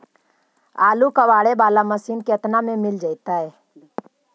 आलू कबाड़े बाला मशीन केतना में मिल जइतै?